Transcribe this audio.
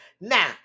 Now